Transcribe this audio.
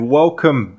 welcome